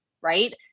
right